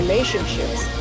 Relationships